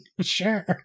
Sure